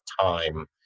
time